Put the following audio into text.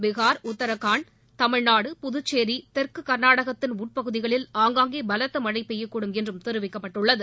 பீகார் உத்தரகண்ட் தமிழ்நாடு புதுச்சேரி தெற்கு கர்நாடகத்தின் உட்பகுதிகளில் ஆங்காங்கே பலத்த மழை பெய்யக்கூடும் என்றும் தெரிவிக்கப்பட்டுள்ளது